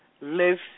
live